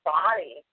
body